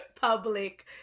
public